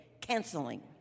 canceling